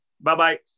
Bye-bye